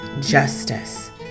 justice